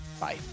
Bye